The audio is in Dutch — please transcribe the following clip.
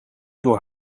door